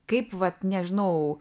kaip vat nežinau